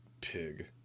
pig